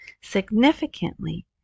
significantly